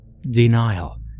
Denial